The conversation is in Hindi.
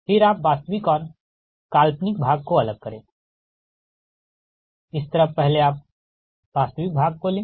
फिर आप वास्तविक और काल्पनिक भाग को अलग करें इस तरफ पहले आप वास्तविक भाग को लें